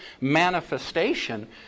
manifestation